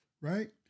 right